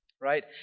right